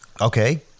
Okay